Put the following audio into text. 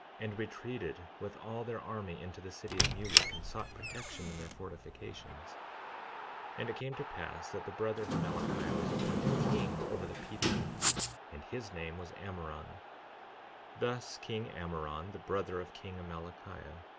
and retreated with all their army into the city of mulek, and sought protection in their fortifications and it came to pass that the brother of amalickiah was appointed king over the people and his name was ammoron thus king ammoron, the brother of king amalickiah,